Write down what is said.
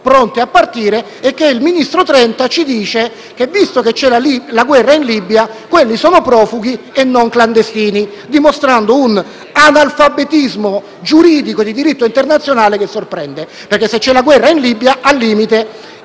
pronte a partire. Il ministro Trenta ci dice che, visto che c'è la guerra in Libia, quelli sono profughi e non clandestini, dimostrando un analfabetismo giuridico di diritto internazionale che sorprende: se c'è la guerra in Libia, infatti,